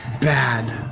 bad